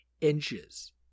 inches